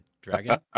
dragon